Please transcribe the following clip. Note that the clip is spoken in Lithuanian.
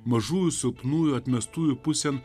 mažųjų silpnųjų atmestųjų pusėn